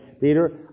Peter